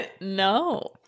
no